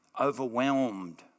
overwhelmed